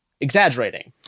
exaggerating